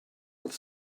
with